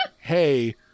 hey